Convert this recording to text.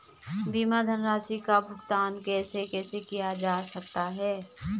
बीमा धनराशि का भुगतान कैसे कैसे किया जा सकता है?